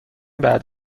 بعد